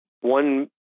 One